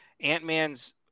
ant-man's